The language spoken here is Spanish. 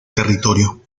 territorio